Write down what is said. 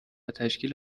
تشکیل